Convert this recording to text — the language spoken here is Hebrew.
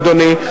אדוני,